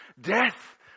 death